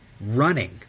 running